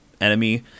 enemy